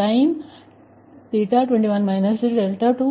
sin⁡21 21 ಸರಿ